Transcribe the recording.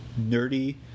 nerdy